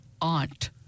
aunt